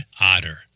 otter